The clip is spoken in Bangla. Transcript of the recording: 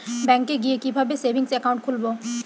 ব্যাঙ্কে গিয়ে কিভাবে সেভিংস একাউন্ট খুলব?